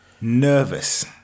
nervous